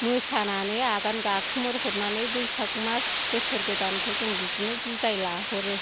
मोसानानै आगान गाखोमोर हरनानै बैसाग मास बोसोर गोदानखौ जों बिदिनो बिदाय लाहरो